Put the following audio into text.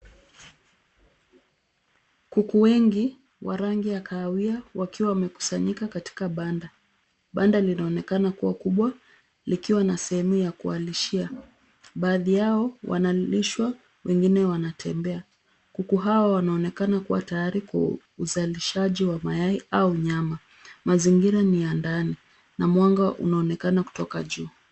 Kuku wengi wa rangi ya kahawia wakiwa wamekusanyika katika banda. Banda linaonekana kuwa kubwa likiwa na sehemu ya kuwalishia. Baadhi yao wanalishwa wengine wanatembea. Kuku hao wanaonekana kuwa tayari kwa uzalishaji wa mayai au nyama. Mazingira ni ya ndani na mwanga unaonekana kutoka juu.